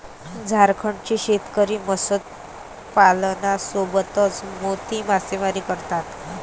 झारखंडचे शेतकरी मत्स्यपालनासोबतच मोती मासेमारी करतात